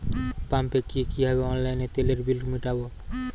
পাম্পে গিয়ে কিভাবে অনলাইনে তেলের বিল মিটাব?